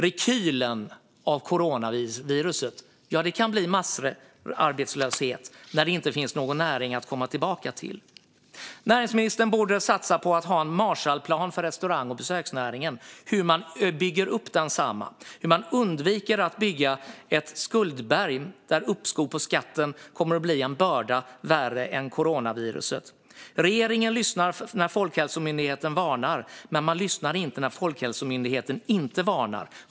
Om det inte finns någon näring att komma tillbaka till kan rekylen av coronaviruset bli massarbetslöshet. Näringsministern borde satsa på en Marshallplan för restaurang och besöksnäringen. Hur bygger man upp den igen? Hur undviker man ett skuldberg där uppskov på skatten blir en börda värre än coronaviruset? Regeringen lyssnar när Folkhälsomyndigheten varnar, men man lyssnar inte när Folkhälsomyndigheten inte varnar.